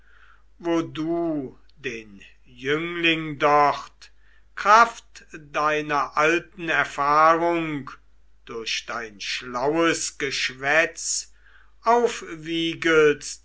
wo du den jüngling dort kraft deiner alten erfahrung durch dein schlaues geschwätz aufwiegelst